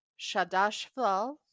shadashval